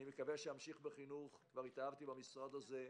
אני מקווה שאמשיך בחינוך כבר התאהבתי במשרד הזה.